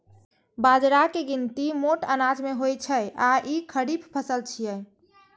बाजराक गिनती मोट अनाज मे होइ छै आ ई खरीफ फसल छियै